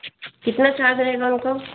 कितना चार्ज रहेगा उनका